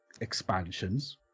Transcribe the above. expansions